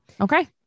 Okay